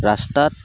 ৰাস্তাত